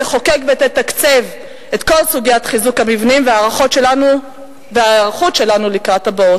תחוקק ותתקצב את כל סוגיית חיזוק המבנים וההיערכות שלנו לקראת הבאות,